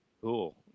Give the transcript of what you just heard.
Cool